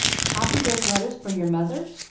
copy those letters for your mother?